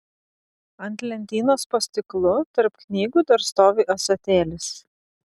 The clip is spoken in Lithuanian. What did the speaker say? ant lentynos po stiklu tarp knygų dar stovi ąsotėlis